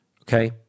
okay